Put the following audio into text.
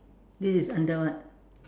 this is under what